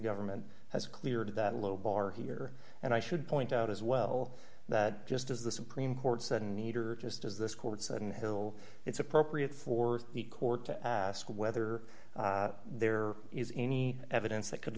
government has cleared that low bar here and i should point out as well that just as the supreme court said a need or just as this court sudden hill it's appropriate for the court to ask whether there is any evidence that could